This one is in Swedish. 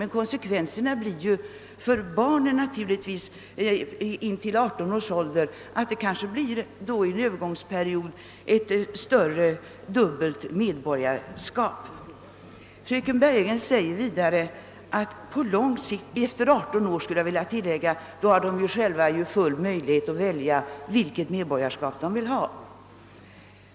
Men för barn upp till 18 år blir förhållandet att de under en Öövergångstid får dubbla medborgarskap. Efter 18 års ålder har de själva möjlighet att välja vilket medborgarskap de vill ha.